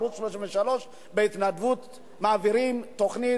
ועוד 16 שקל כדי לקבל את הלוויין באמהרית.